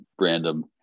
random